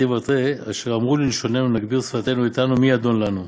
דכתיב בתריה 'אשר אמרו ללשננו נגביר שפתינו אתנו מי אדון לנו'.